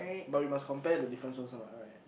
but we must compare the difference also what right